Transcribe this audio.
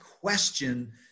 question